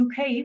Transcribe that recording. UK